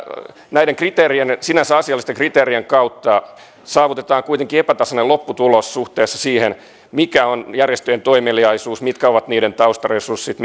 näiden sinänsä asiallisten kriteerien kautta saavutetaan kuitenkin epätasainen lopputulos suhteessa siihen mikä on järjestöjen toimeliaisuus mitkä ovat niiden taustaresurssit